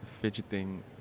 fidgeting